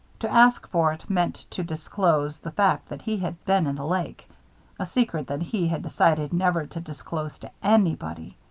to ask for it meant to disclose the fact that he had been in the lake a secret that he had decided never to disclose to anybody.